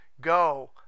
go